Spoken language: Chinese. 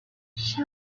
山西省